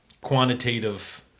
quantitative